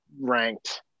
ranked